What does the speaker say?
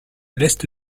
l’est